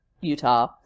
Utah